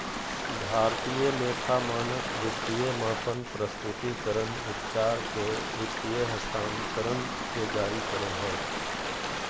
भारतीय लेखा मानक वित्तीय मापन, प्रस्तुतिकरण, उपचार के वित्तीय हस्तांतरण के जारी करो हय